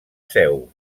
seu